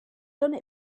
done